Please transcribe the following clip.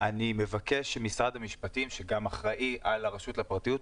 אני מבקש שמשרד המשפטים שגם אחראי על הרשות לפרטיות,